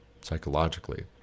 psychologically